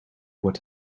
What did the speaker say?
what